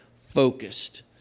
focused